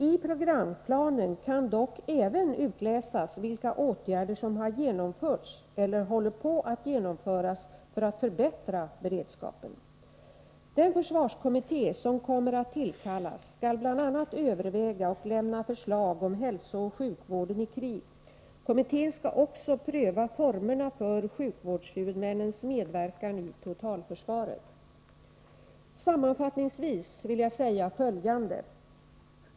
I programplanen kan dock utläsas även vilka åtgärder som har genomförts eller håller på att genomföras för att förbättra beredskapen. Den försvarskommitté som kommer att tillkallas skall bl.a. överväga och lämna förslag om hälsooch sjukvården i krig. Kommittén skall också pröva formerna för sjukvårdshuvudmännens medverkan i totalförsvaret. Sammanfattningsvis vill jag säga följande.